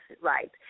right